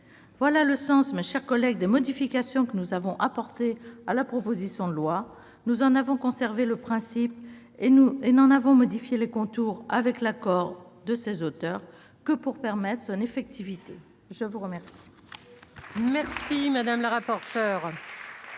collègues, tel est le sens des modifications que nous avons apportées à cette proposition de loi. Nous en avons conservé le principe et n'en avons modifié les contours, avec l'accord de ses auteurs, que pour permettre son effectivité ! Bravo ! La parole